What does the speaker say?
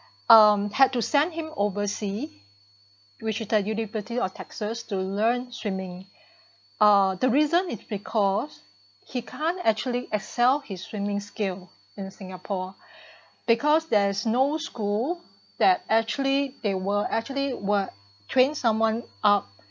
um had to send him oversea which is at university of texas to learn swimming uh the reason is because he can't actually excel his swimming skill in singapore because there's no school that actually they were actually would train someone up